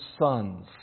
sons